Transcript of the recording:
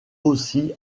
aussi